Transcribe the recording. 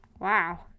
Wow